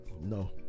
No